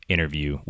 interview